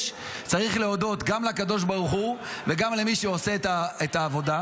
צריך להודות גם לקדוש ברוך הוא וגם למי שעושה את העבודה.